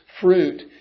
fruit